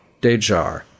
Dejar